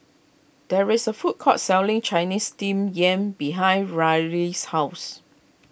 there is a food court selling Chinese Steamed Yam behind Ryleigh's house